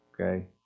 Okay